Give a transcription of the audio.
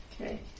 Okay